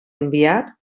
enviat